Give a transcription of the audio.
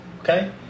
Okay